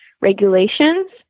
regulations